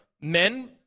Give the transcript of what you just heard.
men